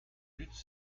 luttent